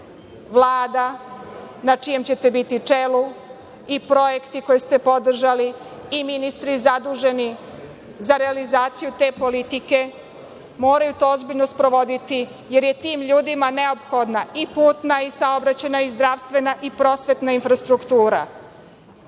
Vlada, na čijem ćete čelu biti, i projekti koje ste podržali, i ministri zaduženi za realizaciju te politike, moraju to ozbiljno sprovoditi, jer je tim ljudima neophodna i putna i saobraćajna i zdravstvena i prosvetna infrastruktura,